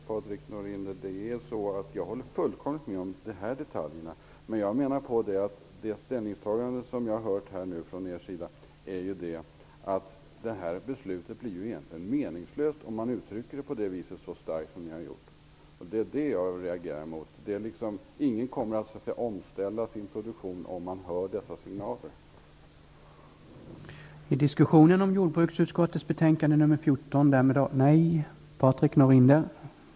Herr talman! Jag håller fullkomligt med om dessa detaljer. Men jag menar att ert ställningstagande innebär att beslutet blir meningslöst. Jag reagerar mot det. Ingen kommer att ställa om sin produktion när dessa signaler ges.